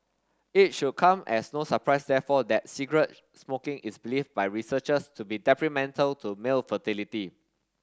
it should come as no surprise therefore that cigarette smoking is believed by researchers to be detrimental to male fertility